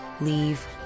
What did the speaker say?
leave